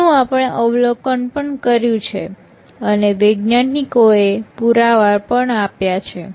જેનું આપણે અવલોકન પણ કર્યું છે અને વૈજ્ઞાનિકો એ પુરાવા પણ આપ્યા છે